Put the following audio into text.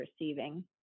receiving